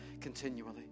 continually